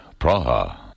Praha